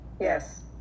Yes